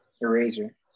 Eraser